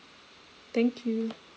thank you